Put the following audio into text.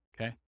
Okay